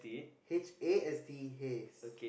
H A S T E haste